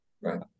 right